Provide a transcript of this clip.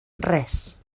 res